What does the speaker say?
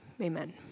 Amen